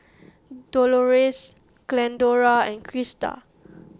Dolores Glendora and Krista